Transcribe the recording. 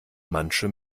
manche